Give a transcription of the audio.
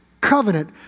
covenant